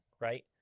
right